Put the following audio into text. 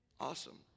Awesome